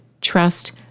trust